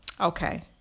Okay